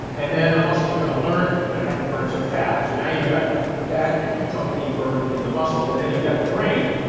and then the muscles are gonna learn that they're gonna have to burn some fat, so now you've got fat and ketone being burned in the muscles and then, you've got the brain,